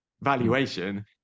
valuation